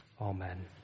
Amen